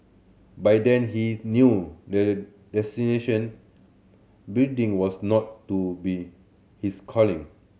by then he knew the building was not to be his calling